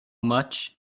much